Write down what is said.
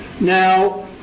Now